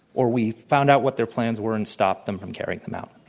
or we found out what their plans were and stopped them from carrying them out.